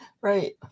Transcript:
Right